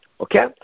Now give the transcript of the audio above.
Okay